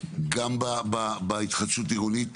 גם בהתחדשות עירונית.